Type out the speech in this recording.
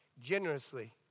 generously